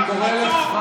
אני מבקש ממך לא להפריע.